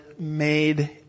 made